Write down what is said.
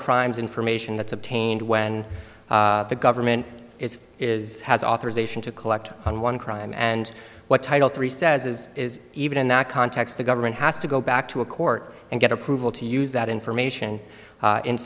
crimes information that's obtained when the government is is has authorization to collect on one crime and what title three says is even in that context the government has to go back to a court and get approval to use that information